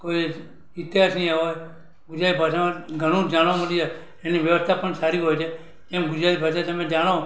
કોઈ ઇતિહાસની આવે ગુજરાતી ભાષામાં ઘણું જાણવા મળી જાય એની વ્યવસ્થા પણ સારી હોય છે એમ ગુજરાતી ભાષા તમે જાણો